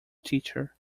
teacher